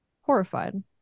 horrified